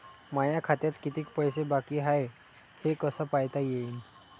माया खात्यात कितीक पैसे बाकी हाय हे कस पायता येईन?